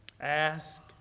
ask